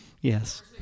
yes